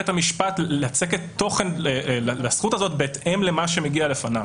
המשפט לצקת תוכן לזכות הזאת בהתאם למה שמגיע לפניו.